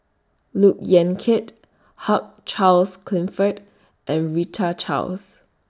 Look Yan Kit Hugh Charles Clifford and Rita Chaos